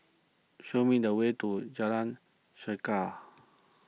show me the way to Jalan Chegar